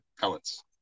pellets